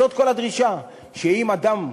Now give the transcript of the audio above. זאת כל הדרישה, שאם אדם,